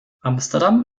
amsterdam